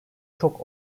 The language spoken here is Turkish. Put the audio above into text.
çok